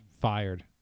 fired